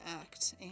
act